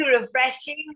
refreshing